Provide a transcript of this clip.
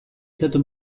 stato